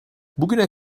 bugüne